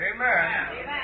Amen